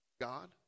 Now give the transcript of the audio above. God